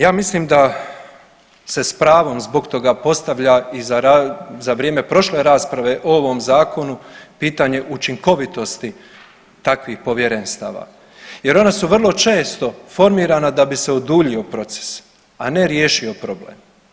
Ja mislim da se zbog pravom zbog toga postavlja i za vrijeme prošle rasprave o ovom zakonu pitanje učinkovitosti takvih povjerenstava jer ona su vrlo često formirana da bise oduljio proces, a ne riješio problem.